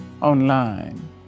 online